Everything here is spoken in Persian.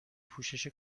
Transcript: پوشش